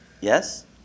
Yes